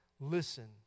listen